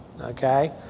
okay